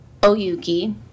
Oyuki